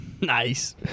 Nice